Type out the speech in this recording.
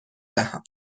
دهم